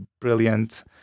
brilliant